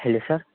hello sir